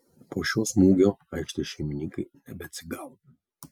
po šio smūgio aikštės šeimininkai nebeatsigavo